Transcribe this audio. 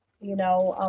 you know,